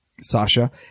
Sasha